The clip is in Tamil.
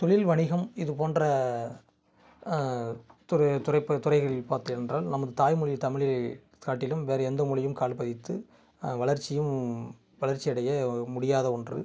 தொழில்வணிகம் இதுபோன்ற துற துறைப்ப துறைகளில் பார்த்திருந்தால் நமக்கு தாய் மொழி தமிழை காட்டிலும் வேற எந்த மொழியும் கால்பதித்து வளர்ச்சியும் வளர்ச்சியடைய முடியாத ஒன்று